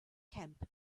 camp